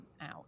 out